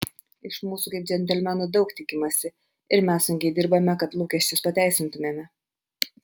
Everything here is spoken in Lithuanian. iš mūsų kaip džentelmenų daug tikimasi ir mes sunkiai dirbame kad lūkesčius pateisintumėme